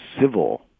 civil